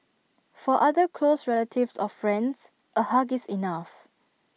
for other close relatives or friends A hug is enough